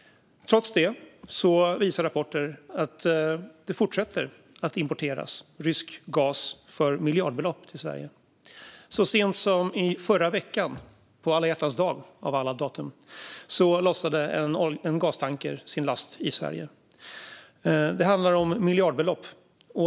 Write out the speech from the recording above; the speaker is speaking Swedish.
Ändå visar rapporter att det fortsätter att importeras rysk gas för miljardbelopp i Sverige. Så sent som i förra veckan, på alla hjärtans dag - av alla datum - lossade en gastanker sin last i Sverige. Det handlar alltså om miljardbelopp.